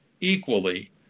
equally